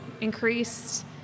increased